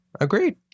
Agreed